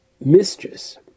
mistress